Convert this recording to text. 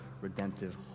redemptive